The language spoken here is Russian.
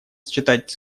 считать